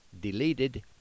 deleted